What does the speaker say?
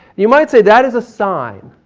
you might say that is a sign,